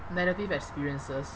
negative experiences